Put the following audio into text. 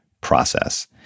process